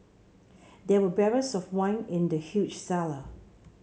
there were barrels of wine in the huge cellar